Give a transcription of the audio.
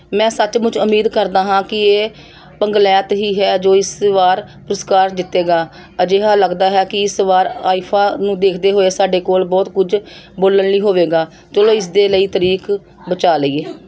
ਮੈਂ ਸੱਚਮੁੱਚ ਉਮੀਦ ਕਰਦਾ ਹਾਂ ਕਿ ਇਹ ਪਗਲੈਤ ਹੀ ਹੈ ਜੋ ਇਸ ਵਾਰ ਪੁਰਸਕਾਰ ਜਿੱਤੇਗਾ ਅਜਿਹਾ ਲੱਗਦਾ ਹੈ ਕਿ ਇਸ ਵਾਰ ਆਈਫਾ ਨੂੰ ਦੇਖਦੇ ਹੋਏ ਸਾਡੇ ਕੋਲ ਬਹੁਤ ਕੁਝ ਬੋਲਣ ਲਈ ਹੋਵੇਗਾ ਚਲੋ ਇਸਦੇ ਲਈ ਤਾਰੀਖ ਬਚਾ ਲਈਏ